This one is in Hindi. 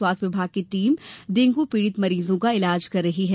स्वास्थ्य विभाग की टीम डेंगू पीड़ित मरीजों का इलाज कर रही है